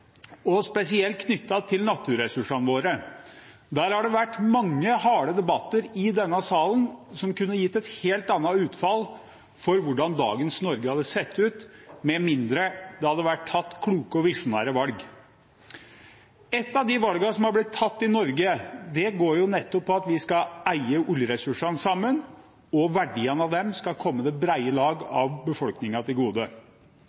historie, spesielt knyttet til naturressursene våre. Der har det vært mange harde debatter i denne salen, som kunne gitt et helt annet utfall for hvordan dagens Norge hadde sett ut, med mindre det hadde vært tatt kloke og visjonære valg. Et av de valgene som er blitt tatt i Norge, går nettopp på at vi skal eie oljeressursene sammen, og verdiene av dem skal komme det brede lag av befolkningen til gode.